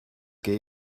game